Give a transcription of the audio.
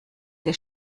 der